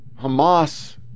Hamas